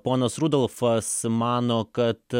ponas rudolfas mano kad